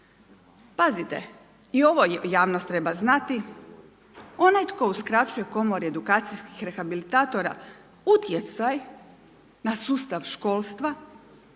Pazite i ovo javnost treba znati. Onaj tko uskraćuje Komori edukacijskih rehabilitatora utjecaj na sustav školstva,